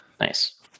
nice